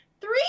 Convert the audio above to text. three